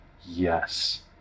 Yes